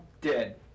Dead